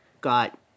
got